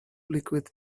liquid